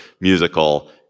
musical